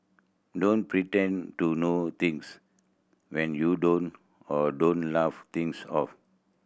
don't pretend to know things when you don't or don't laugh things off